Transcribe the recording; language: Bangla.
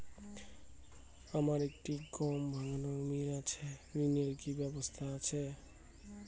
আমার একটি গম ভাঙানোর মিল আছে ঋণের কি ব্যবস্থা আছে?